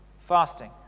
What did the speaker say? Fasting